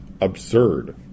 absurd